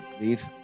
leave